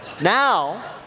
Now